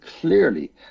clearly